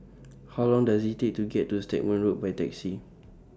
How Long Does IT Take to get to Stagmont Road By Taxi